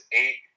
eight